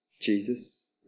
Jesus